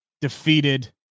defeated